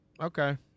Okay